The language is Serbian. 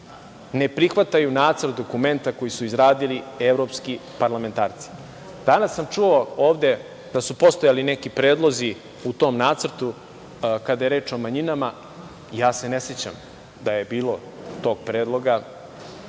ne prihvataju nacrt dokumenta koji su izradili evropski parlamentarci. Danas sam čuo ovde da su postojali neki predlozi u tom nacrtu kada je reč o manjinama. Ja se ne sećam da je bilo tog predloga,